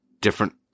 different